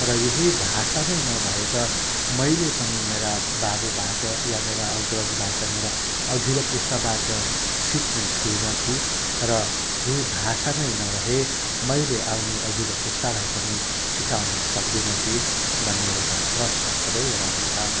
र यही भाषा नै नभए त मैले पनि मेरा बाबुबाट या मेरा अग्रजबाट मेरा अघिल्लो पुस्ताबाट सिक्ने थिइनँ कि र यही भाषा नै नरहे मैले आउने अघिल्लो पुस्तालाई पनि सिकाउन सक्दिनँ कि भन्ने एउटा प्रश्न सदैव रहन्छ